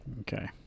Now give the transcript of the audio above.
Okay